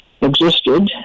existed